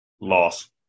Loss